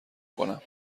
کنم